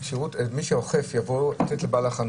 כך שמי שאוכף זה בעל החנות.